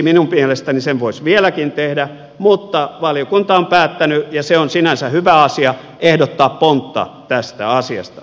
minun mielestäni sen voisi vieläkin tehdä mutta valiokunta on päättänyt ja se on sinänsä hyvä asia ehdottaa pontta tästä asiasta